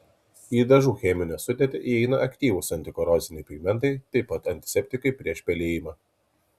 į dažų cheminę sudėtį įeina aktyvūs antikoroziniai pigmentai taip pat antiseptikai prieš pelijimą